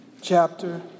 Chapter